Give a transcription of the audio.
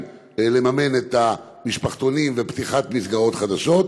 את המשפחתונים ופתיחת מסגרות חדשות?